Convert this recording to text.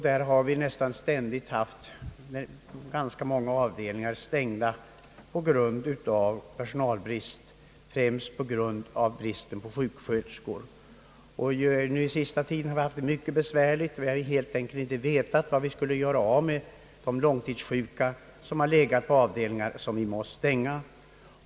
Där har vi långa tider varit tvingade att hålla flera avdelningar stängda på grund av personalbrist, främst då brist på sjuksköterskor. Under den senaste tiden har vi haft det synnerligen svårt — vi har helt enkelt inte vetat var vi skulle göra av de långtidssjuka på de avdelningar som vi måst stänga.